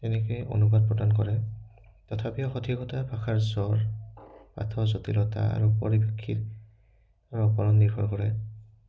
তেনেকৈ অনুবাদ প্ৰদান কৰে তথাপিও সঠিকতা ভাষাৰ পাঠৰ জটিলতা আৰু ওপৰত নিৰ্ভৰ কৰে